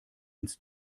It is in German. ins